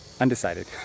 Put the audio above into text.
undecided